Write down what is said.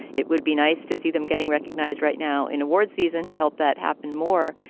it would be nice to see them getting recognized right now in award season to help that happen more.